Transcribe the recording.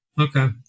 Okay